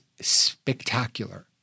spectacular